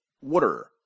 Water